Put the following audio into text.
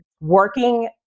working